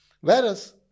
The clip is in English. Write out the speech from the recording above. Whereas